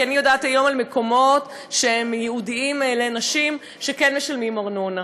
כי אני יודעת היום על מקומות שהם ייעודיים לנשים שכן משלמים ארנונה.